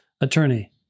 attorney